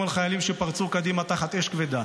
על חיילים שפרצו קדימה תחת אש כבדה,